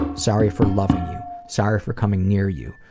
sorry for loving you. sorry for coming near you.